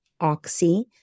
oxy